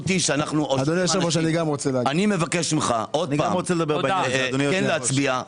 אני מבקש ממך שוב כן להצביע.